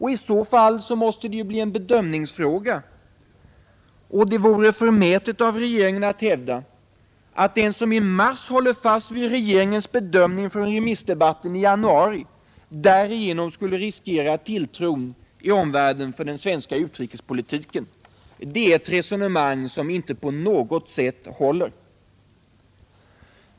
I så fall måste det ju bli en bedömningsfråga, och det vore förmätet av regeringen att hävda att den som i mars håller fast vid regeringens bedömning från remissdebatten i januari därigenom skulle riskera tilltron i omvärlden för den svenska utrikespolitiken. Det är ett resonemang som inte på något sätt håller.